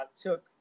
took